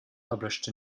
published